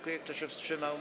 Kto się wstrzymał?